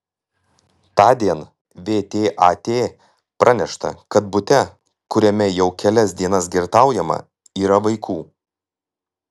tądien vtat pranešta kad bute kuriame jau kelias dienas girtaujama yra vaikų